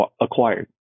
acquired